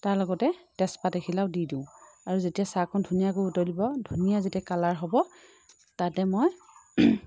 তাৰ লগতে তেজপাত এখিলাও দি দিওঁ আৰু যেতিয়া চাহকণ ধুনীয়াকৈ উতলিব ধুনীয়া যেতিয়া কালাৰ হ'ব তাতে মই